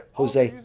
jose,